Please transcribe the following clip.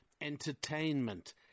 entertainment